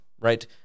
right